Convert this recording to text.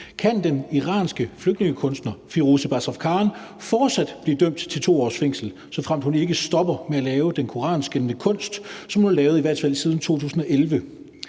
kan den iranske flygtningekunstner Firoozeh Bazrafkan fortsat blive dømt til 2 års fængsel, såfremt hun ikke stopper med at lave den koranskændende kunst, som hun har lavet i hvert fald siden 2011.